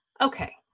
Okay